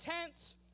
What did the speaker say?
tents